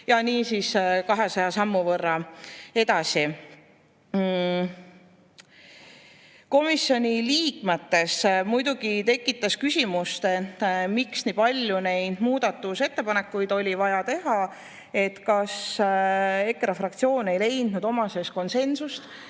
ja nii 200 sammu võrra edasi. Komisjoni liikmetel muidugi tekkis küsimus, miks nii palju neid muudatusettepanekuid oli vaja teha, et kas EKRE fraktsioon ei leidnud oma sees konsensust,